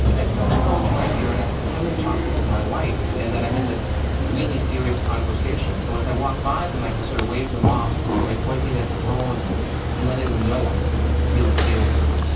i put the phone to my ear and i pretend i'm talking to my wife and that i'm in this really serious conversation. so, as i walk by them, i can sort of wave them off by pointing at the phone and and letting them know um this is really serious.